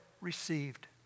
received